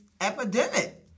epidemic